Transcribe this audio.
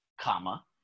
comma